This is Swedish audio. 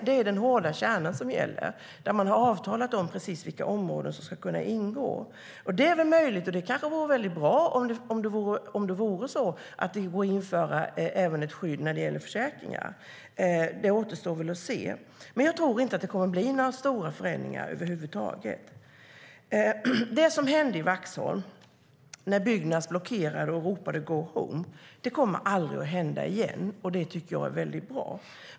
Det är den hårda kärnan som gäller - man har avtalat precis vilka områden som ska kunna ingå. Det är möjligt att det går att införa ett skydd även när det gäller försäkringar, och det kanske vore bra. Det återstår att se. Men jag tror inte att det kommer att bli några stora förändringar över huvud taget. Det som hände i Vaxholm - att Byggnads blockerade och ropade "go home" - kommer aldrig att hända igen, och det tycker jag är väldigt bra.